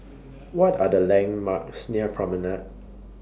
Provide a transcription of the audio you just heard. What Are The landmarks near Promenade